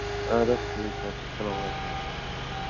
اَدٕ حظ ٹھیٖک حظ چھُ سلام علیکُم